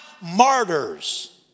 martyrs